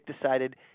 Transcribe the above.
decided